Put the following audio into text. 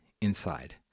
inside